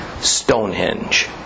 Stonehenge